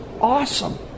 awesome